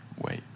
wait